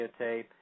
videotape